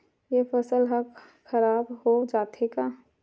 से फसल ह खराब हो जाथे का?